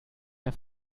der